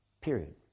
Period